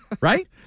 Right